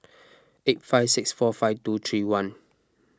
eight five six four five two three one